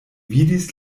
vidis